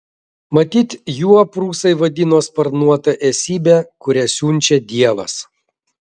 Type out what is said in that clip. matyt juo prūsai vadino sparnuotą esybę kurią siunčia dievas